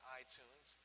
iTunes